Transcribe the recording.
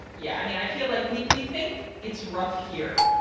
yeah. i mean, i feel like we we think it's rough here.